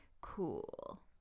cool